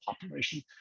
population